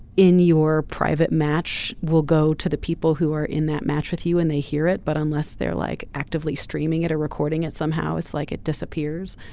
in your private match will go to the people who are in that match with you when and they hear it but unless they're like actively streaming it a recording it somehow it's like it disappears.